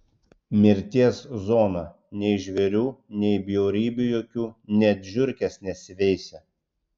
mirties zona nei žvėrių nei bjaurybių jokių net žiurkės nesiveisia